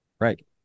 Right